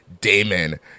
Damon